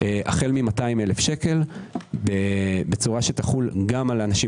החל מ-200,000 שקל בצורה שתחול גם על אנשים